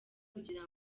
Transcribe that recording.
kugira